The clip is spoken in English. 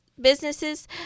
businesses